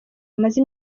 bamaze